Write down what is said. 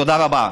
תודה רבה.